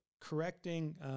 correcting